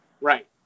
Right